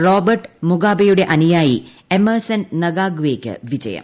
Robert മുഗാബെയുടെ അനുയായി Emerson നഗാഗ്വെയ്ക്ക് വിജയം